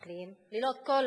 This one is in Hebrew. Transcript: מתנחלים ללא כל הרתעה,